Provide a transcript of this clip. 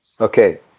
Okay